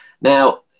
Now